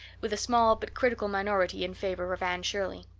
with small but critical minority in favor of anne shirley.